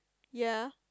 ya